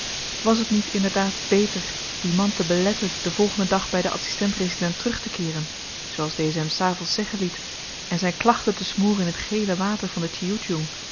was t niet inderdaad beter dien man te beletten den volgenden dag by den adsistent resident terugtekeeren zooals deze hem s avends zeggen liet en zyn klachte te smoren in t gele water van den